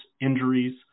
injuries